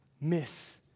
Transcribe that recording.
miss